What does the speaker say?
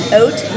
oat